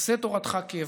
"עשה תורתך קבע"